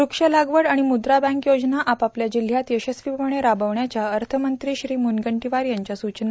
व्रक्षलागवड आणि म्रुद्रा बँक योजना आपापल्या जिल्हयात यशस्वीपणे राबविण्याच्या अर्थमंत्री श्री मुनगंटीवार यांच्या सूचना